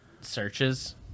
searches